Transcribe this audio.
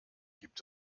gibt